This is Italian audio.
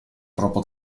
troppo